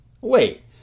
Wait